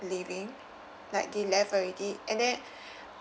leaving like they left already and then